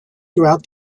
throughout